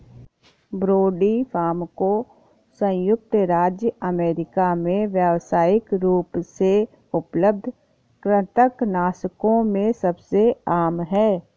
brodifacoum संयुक्त राज्य America में व्यावसायिक रूप से उपलब्ध कृंतकनाशकों में सबसे आम है